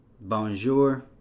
bonjour